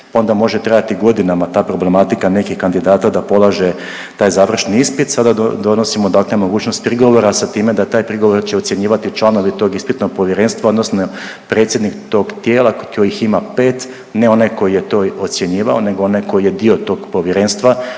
onda može trajati godinama ta problematika nekih kandidata da polaže taj završni ispit, sada donosimo dakle mogućnost prigovora, sa time da taj prigovora će ocjenjivati članovi tog ispitnog povjerenstva odnosno predsjednik tog tijela kojih ima 5, ne onaj koji je to ocjenjivao nego onaj koji je dio tog povjerenstva